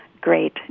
great